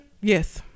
Yes